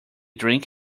drink